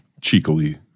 cheekily